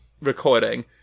recording